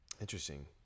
Interesting